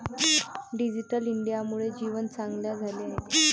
digital इंडियामुळे जीवन चांगले झाले आहे